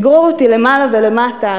לגרור אותי למעלה ולמטה,